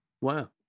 Wow